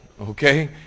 okay